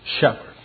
shepherd